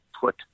put